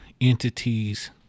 entities